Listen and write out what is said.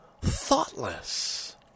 thoughtless